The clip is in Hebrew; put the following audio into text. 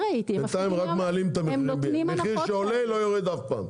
אני לא ראיתי, בינתיים מחיר שעולה לא יורד אף פעם.